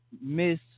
Miss